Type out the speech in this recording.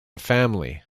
family